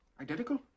Identical